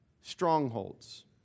strongholds